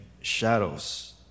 shadows